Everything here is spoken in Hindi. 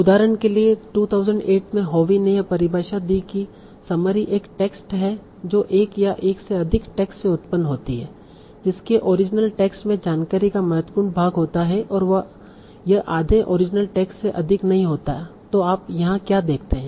उदाहरण के लिए 2008 में होवी ने यह परिभाषा दी की समरी एक टेक्स्ट है जो एक या एक से अधिक टेक्स्ट से उत्पन्न होती है जिसके ओरिजिनल टेक्स्ट में जानकारी का महत्वपूर्ण भाग होता है और यह आधे ओरिजिनल टेक्स्ट से अधिक नहीं होता है तों आप यहाँ क्या देखते हैं